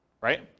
right